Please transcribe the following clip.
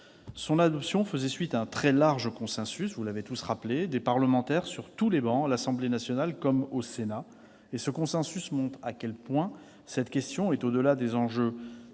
tous rappelé, faisait suite à un très large consensus des parlementaires sur tous les bancs, à l'Assemblée nationale comme au Sénat. Ce consensus montre à quel point cette question est, au-delà des enjeux